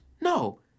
No